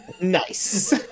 Nice